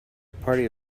party